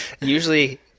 usually